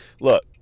Look